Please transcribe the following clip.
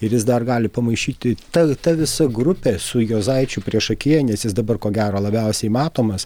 ir jis dar gali pamaišyti ta ta visa grupė su juozaičiu priešakyje nes jis dabar ko gero labiausiai matomas